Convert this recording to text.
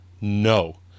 no